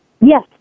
Yes